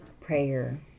prayer